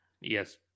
yes